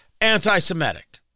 anti-Semitic